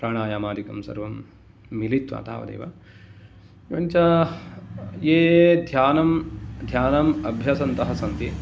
प्राणायमादिकं सर्वं मिलित्वा तावदेव एवञ्च ये ध्यानं ध्यानम् अभ्यसन्तः सन्ति